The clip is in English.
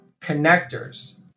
connectors